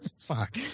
fuck